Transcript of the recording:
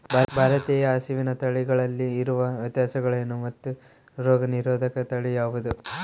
ಭಾರತೇಯ ಹಸುವಿನ ತಳಿಗಳಲ್ಲಿ ಇರುವ ವ್ಯತ್ಯಾಸಗಳೇನು ಮತ್ತು ರೋಗನಿರೋಧಕ ತಳಿ ಯಾವುದು?